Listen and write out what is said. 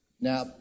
now